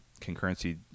concurrency